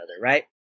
right